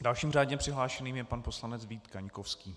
Dalším řádně přihlášeným je pan poslanec Vít Kaňkovský.